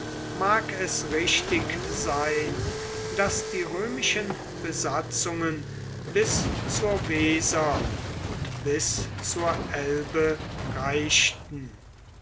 mag es richtig sein daß die römischen besatzungen bis zur weser und bis zur elbe reichten